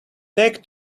take